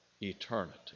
eternity